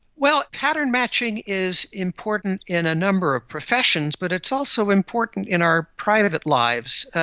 well, pattern matching is important in a number of professions but it's also important in our private lives.